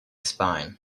spine